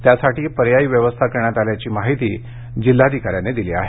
त्यासाठी पर्यायी व्यवस्था करण्यात आल्याची माहिती जिल्हाधिकाऱ्यांनी दिली आहे